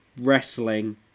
wrestling